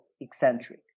eccentric